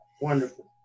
Wonderful